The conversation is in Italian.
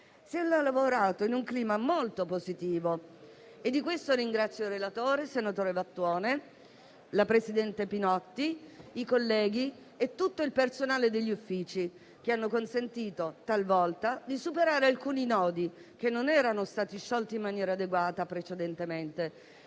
si è lavorato in un clima molto positivo e di questo ringrazio il relatore, senatore Vattuone, la presidente Pinotti, i colleghi e tutto il personale degli uffici, che hanno consentito talvolta di superare alcuni nodi, che precedentemente non erano stati sciolti in maniera adeguata, e di